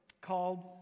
called